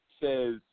says